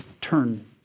turn